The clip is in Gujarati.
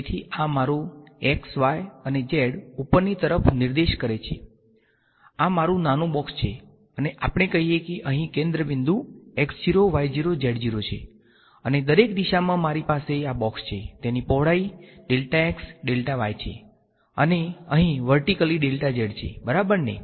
તેથી આ મારું x y અને z ઉપરની તરફ નિર્દેશ કરે છે આ મારું નાનું બ બોક્સ છે અને આપણે કહીએ કે અહીં કેન્દ્ર બિંદુ છે અને દરેક દિશામાં મારી પાસે આ બોક્સ છે તેની પહોળાઈ છે અને અહીં ઊભુ છે બરાબરને